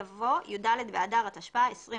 יבוא "י"ד באדר התשפ"א (26